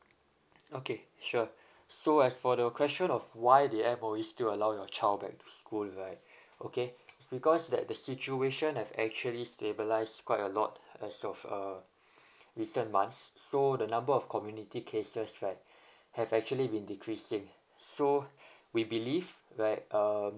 okay sure so as for the question of why the M_O_E still allow your child back to school right okay because that the situation have actually stabilised quite a lot as of uh recent months so the number of community cases right have actually been decreasing so we believe like um